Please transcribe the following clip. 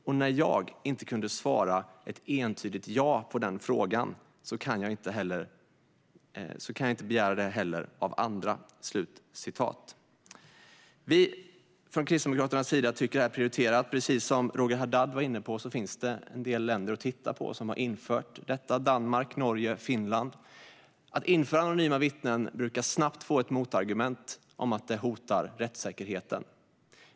Och när jag inte kunde svara ett entydigt ja på frågan kan jag inte begära det heller av andra. Vi kristdemokrater tycker att detta är prioriterat. Precis som Roger Haddad sa finns det en del länder att titta på som har infört detta - Danmark, Norge och Finland. Förslag om att införa anonyma vittnen brukar snabbt få motargumentet att det hotar rättssäkerheten.